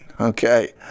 Okay